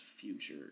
future